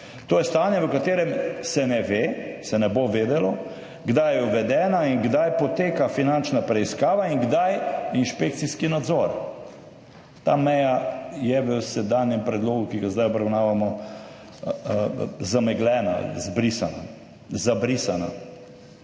To je stanje, v katerem se ne ve, se ne bo vedelo, kdaj je uvedena in kdaj poteka finančna preiskava in kdaj inšpekcijski nadzor. Ta meja je v predlogu, ki ga zdaj obravnavamo, zamegljena, zabrisana.